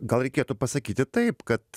gal reikėtų pasakyti taip kad